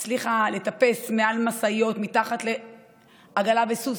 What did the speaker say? היא הצליחה לטפס מעל משאיות ומתחת לעגלה וסוס,